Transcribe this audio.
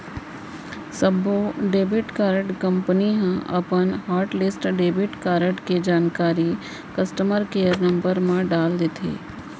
सब्बो debit card company ह अपन हॉटलिस्ट डेबिट कारड के जानकारी ल कस्टमर केयर नंबर म डाल देथे